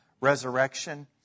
resurrection